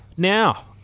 Now